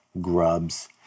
grubs